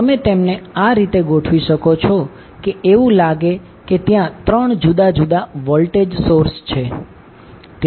તમે તેમને આ રીતે ગોઠવી શકો છો કે એવું લાગે છે કે ત્યાં 3 જુદા જુદા વોલ્ટેજ સોર્સ છે